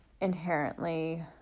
inherently